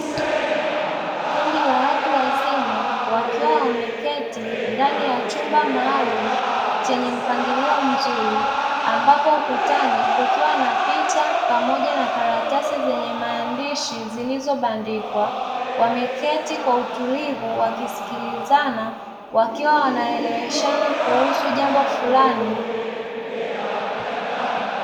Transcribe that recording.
Kundi la watu wazima wakiwa wameketi ndani ya chumba maalumu chenye mpangilio mzuri, ambapo ukutani kukiwa na picha pamoja na karatasi zenye maandishi zilizobandikwa, wameketi kwa utulivu wakisikilizana wakiwa wanaeleweshana kuhusu jambo fulani.